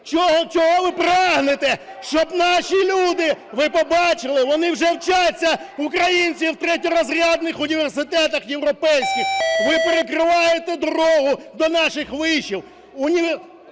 Чого ви прагнете? Щоб наші люди, ви побачили, вони вже вчаться, українці, в третьорозрядних університетах європейських, ви перекриваєте дорогу до наших вишів.